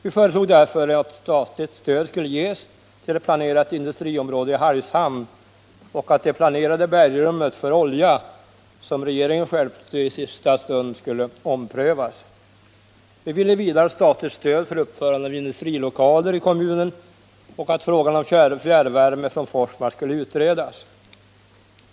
Vi föreslog därför att statligt stöd skulle ges till ett planerat industriområde i Hargshamn och att det planerade bergrummet för olja, som regeringen stjälpte i sista stund, skulle omprövas. Vi ville vidare ha statligt stöd för uppförande av industrilokaler i kommunen och att frågan om fjärrvärme från Forsmark skulle utredas.